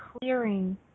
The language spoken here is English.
clearing